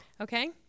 Okay